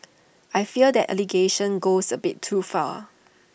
I fear that allegation goes A bit too far